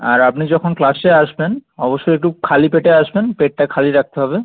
আর আপনি যখন ক্লাসে আসবেন অবশ্যই একটু খালি পেটে আসবেন পেটটা খালি রাখতে হবে